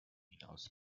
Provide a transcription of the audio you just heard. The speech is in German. hinaus